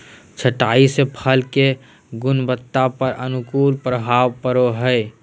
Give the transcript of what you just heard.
छंटाई से फल के गुणवत्ता पर अनुकूल प्रभाव पड़ो हइ